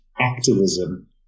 Activism